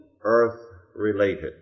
earth-related